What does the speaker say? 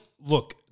look